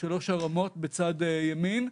שלוש הרמות בצד ימין,